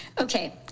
Okay